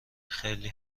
خیلی